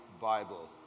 Bible